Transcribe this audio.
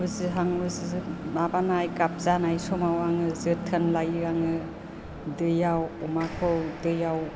उजिहां माबानाय गाब जानाय समाव आङो जोथोन लायो आङो दैआव अमाखौ दैआव